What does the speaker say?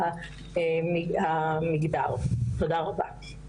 תודה רבה.